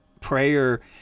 prayer